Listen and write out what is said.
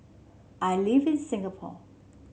I live in Singapore